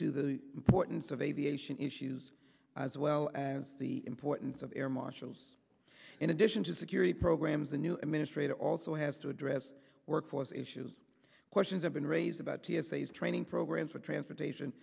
to the importance of aviation issues as well as the importance of air marshals in addition to security programs the new administrator also has to address workforce issues questions have been raised about t s a is training programs for transportation